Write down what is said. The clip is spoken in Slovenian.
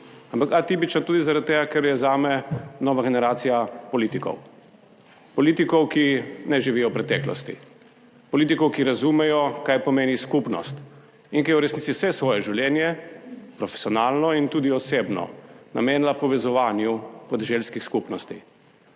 ampak a tipična tudi zaradi tega, ker je zame nova generacija politikov, politikov, ki ne živijo v preteklosti 2. TRAK: (VP) 10.05 (nadaljevanje) politikov, ki razumejo, kaj pomeni skupnost, in ki je v resnici vse svoje življenje profesionalno in tudi osebno namenila povezovanju podeželskih skupnosti.